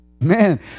Man